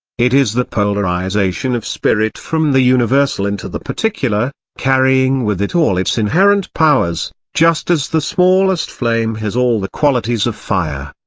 it is the polarisation of spirit from the universal into the particular, carrying with it all its inherent powers, just as the smallest flame has all the qualities of fire.